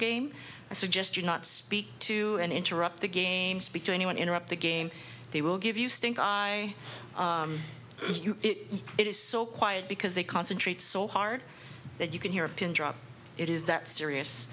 game i suggest you not speak to and interrupt the games between you and interrupt the game they will give you stink eye it is so quiet because they concentrate so hard that you can hear a pin drop it is that serious